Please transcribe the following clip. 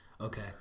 Okay